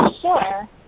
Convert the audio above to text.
Sure